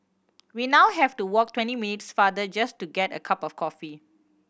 we now have to walk twenty minutes farther just to get a cup of coffee